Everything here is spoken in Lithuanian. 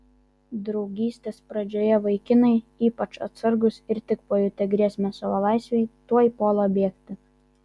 draugystės pradžioje vaikinai ypač atsargūs ir tik pajutę grėsmę savo laisvei tuoj puola bėgti